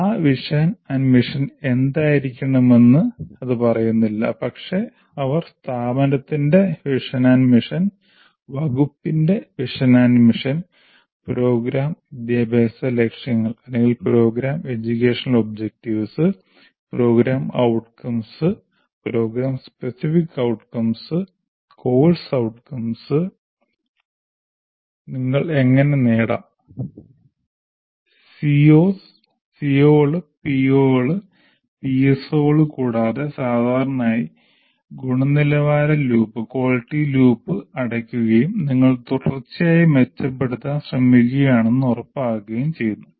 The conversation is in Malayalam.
ആ vision and mission എന്തായിരിക്കണമെന്ന് അത് പറയുന്നില്ല പക്ഷേ അവർ സ്ഥാപനത്തിന്റെ vision and mission വകുപ്പിന്റെ vision and mission പ്രോഗ്രാം വിദ്യാഭ്യാസ ലക്ഷ്യങ്ങൾ പ്രോഗ്രാം ഫലങ്ങൾ പ്രോഗ്രാം നിർദ്ദിഷ്ട ഫലങ്ങൾ കോഴ്സ് ഫലങ്ങൾ നിങ്ങൾ എങ്ങനെ നേടാം സിഒകൾ പിഒകൾ പിഎസ്ഒകൾ കൂടാതെ സാധാരണയായി ഗുണനിലവാര ലൂപ്പ് അടയ്ക്കുകയും നിങ്ങൾ തുടർച്ചയായി മെച്ചപ്പെടുത്താൻ ശ്രമിക്കുകയാണെന്ന് ഉറപ്പാക്കുകയും ചെയ്യുന്നു